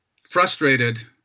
frustrated